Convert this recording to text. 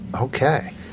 Okay